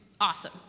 awesome